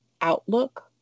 outlook